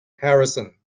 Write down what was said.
harrison